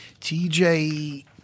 TJ